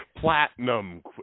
Platinum